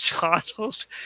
Donald